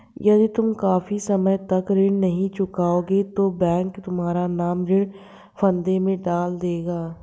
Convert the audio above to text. यदि तुम काफी समय तक ऋण नहीं चुकाओगे तो बैंक तुम्हारा नाम ऋण फंदे में डाल देगा